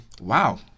Wow